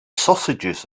sausages